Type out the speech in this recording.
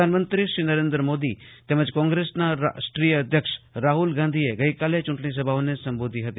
પ્રધાનમંત્રી શ્રી નરેન્દ્ર મોદી કોંગ્રેસના રાષ્ટ્રીય અધ્યક્ષ રાહુલ ગાંધીએ ગઈકાલે ચુંટણીસભાઓને સંબોધી હતી